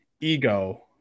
ego –